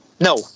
No